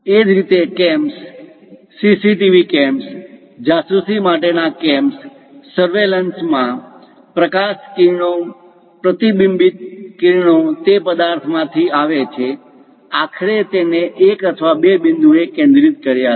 એ જ રીતે cams CCTV cams જાસૂસી માટે ના કેમ્સ સર્વેલન્સ માં પ્રકાશ કિરણો પ્રતિબિંબિત કિરણો તે પદાર્થમાંથી આવે છે આખરે તેને એક અથવા બે બિંદુ એ કેન્દ્રિત કર્યા છે